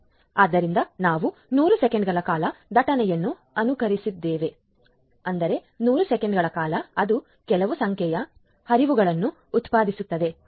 ಆದ್ದರಿಂದ ನಾವು 100 ಸೆಕೆಂಡುಗಳ ಕಾಲ ದಟ್ಟಣೆಯನ್ನು ಅನುಕರಿಸಿದ್ದೇವೆ ಅಂದರೆ 100 ಸೆಕೆಂಡುಗಳ ಕಾಲ ಅದು ಕೆಲವು ಸಂಖ್ಯೆಯ ಹರಿವುಗಳನ್ನು ಉತ್ಪಾದಿಸುತ್ತದೆ